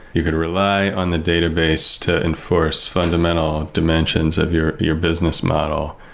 you could rely on the database to enforce fundamental dimensions of your your business model.